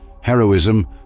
Heroism